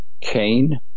Cain